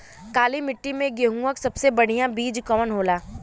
काली मिट्टी में गेहूँक सबसे बढ़िया बीज कवन होला?